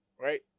Right